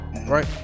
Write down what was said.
Right